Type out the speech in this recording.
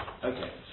Okay